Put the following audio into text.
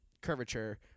curvature